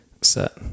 set